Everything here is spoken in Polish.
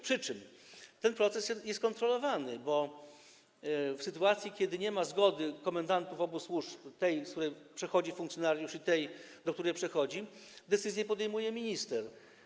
Przy czym ten proces jest kontrolowany, bo w sytuacji kiedy nie ma zgody komendantów obu służb, tej, z której przechodzi funkcjonariusz, i tej, do której przechodzi, decyzję podejmuje minister.